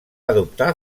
adoptar